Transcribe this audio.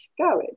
garage